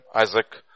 Isaac